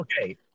Okay